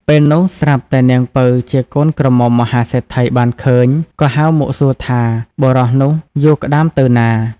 ពេលនោះស្រាប់តែនាងពៅជាកូនក្រមុំមហាសេដ្ឋីបានឃើញ ក៏ហៅមកសួរថា បុរសនោះយួរក្ដាមទៅណា។